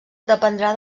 dependrà